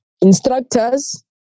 instructors